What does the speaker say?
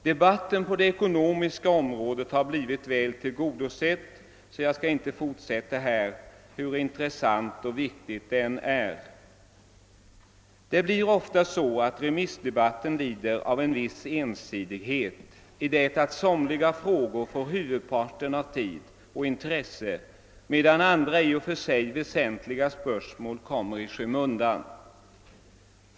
Debatten på det ekonomiska området har blivit väl tillgodosedd, så jag skall inte fortsätta den, hur intressant och viktig den än är. Det blir ofta så att remissdebatten lider av en viss ensidighet i det att somliga frågor får huvudparten av tid och intresse, medan andra i och för sig väsentliga spörsmål kommer i skymundan.